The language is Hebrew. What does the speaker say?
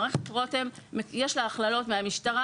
למערכת רותם יש הכללות מהמשטרה,